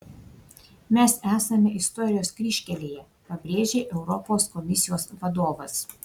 mes esame istorijos kryžkelėje pabrėžė europos komisijos vadovas